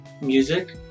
music